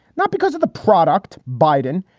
not because of the product biden,